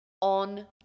on